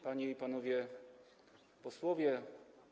Panie i Panowie Posłowie!